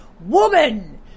Woman